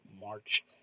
March